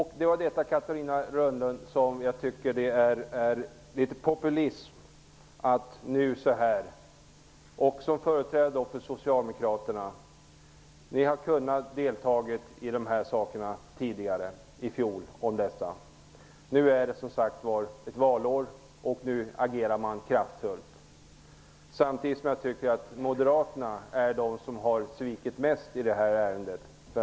Herr talman! Jag tycker att detta är litet av populism, Catarina Rönnung, från företrädare för Socialdemokraterna. Ni hade kunnat delta i debatten tidigare, i fjol. Nu är det valår. Nu agerar ni kraftfullt. Samtidigt tycker jag att moderaterna är de som svikit mest i detta ärende.